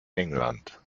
england